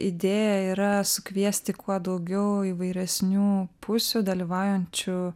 idėja yra sukviesti kuo daugiau įvairesnių pusių dalyvaujančių